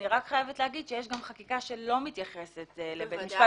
אבל יש גם חקיקה שלא מתייחסת לבית משפט